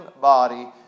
body